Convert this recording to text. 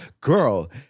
Girl